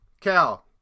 Cal